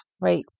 Right